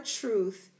truth